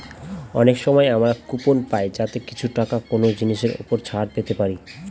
অনেক সময় আমরা কুপন পাই যাতে কিছু টাকা কোনো জিনিসের ওপর ছাড় পেতে পারি